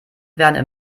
werden